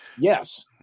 Yes